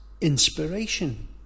inspiration